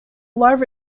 larva